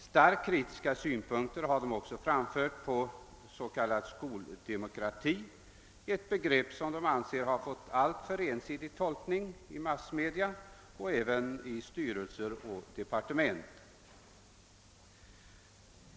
Starkt kritiska synpunkter framfördes också på den s.k. skoldemokratin, ett begrepp som de ansåg ha fått en alltför allsidig tolkning i massmedia och även i styrelser och departement.